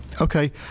Okay